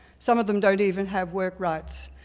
some of them don't even have work rights.